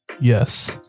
Yes